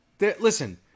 Listen